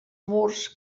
murs